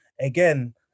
again